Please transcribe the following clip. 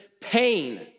pain